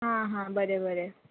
आ हा बरें बरें